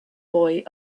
boy